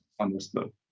Understood